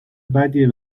بدیه